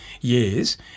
years